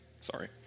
sorry